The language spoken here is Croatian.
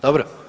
Dobro?